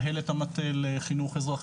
וועדת החינוך של הכנסת תמיד שמחה לארח